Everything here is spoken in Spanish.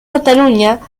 cataluña